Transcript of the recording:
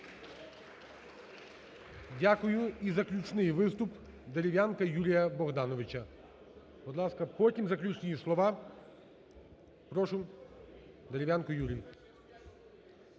Дякую. І заключний виступ Дерев'янка Юрія Богдановича, будь ласка. Потім –заключні слова. Прошу Дерев'янко Юрій.